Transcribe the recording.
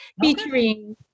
featuring